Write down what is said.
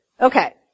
Okay